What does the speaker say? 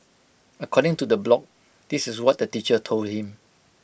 according to the blog this is what the teacher told him